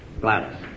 Gladys